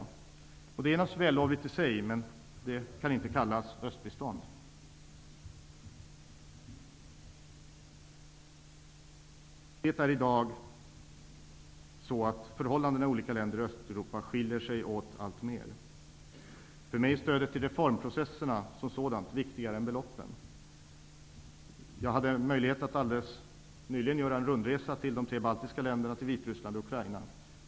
Det är naturligtvis vällovligt i sig, men det kan inte kallas östbistånd. Skillnaderna mellan olika länder i Östeuropa blir allt större i dag. För mig är stödet till reformprocesserna viktigare än beloppen. Jag hade helt nyligen möjlighet att göra en rundresa i de tre baltiska länderna, Vitryssland och Ukraina.